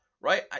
right